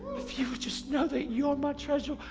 if you would just know that you are my treasure,